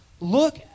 Look